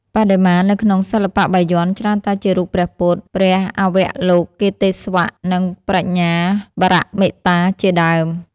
បដិមានៅក្នុងសិល្បៈបាយ័នច្រើនតែជារូបព្រះពុទ្ធ ព្រះអវលោកិតេស្វរ និងប្រាជ្ញាបារមិតាជាដើម ។